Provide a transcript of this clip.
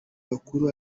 bakuru